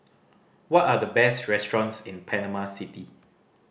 what are the best restaurants in Panama City